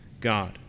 God